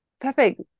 perfect